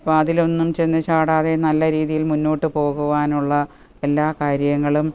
അപ്പം അതിലൊന്നും ചെന്ന് ചാടാതെ നല്ല രീതിയിൽ മുന്നോട്ട് പോകുവാനുള്ള എല്ലാ കാര്യങ്ങളും